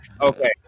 Okay